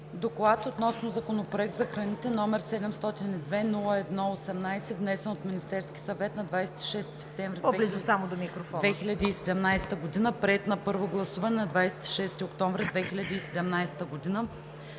„Доклад относно Законопроект за храните, № 702-01-18, внесен от Министерския съвет на 26 септември 2017 г., приет на първо гласуване на 26 октомври 2017 г.